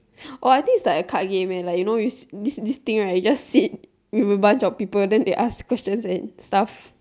orh I think it's like a card game eh like you know this this this thing right you just sit with a bunch of people then they just ask questions and stuff